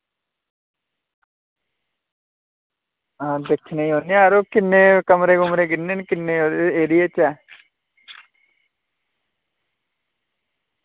आं दिक्खने गी जन्ने आं यरो कमरे किन्ने न किन्ने एरिया च ऐ